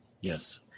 Yes